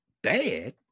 Bad